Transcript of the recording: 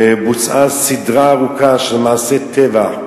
בוצעה סדרה ארוכה של מעשי טבח,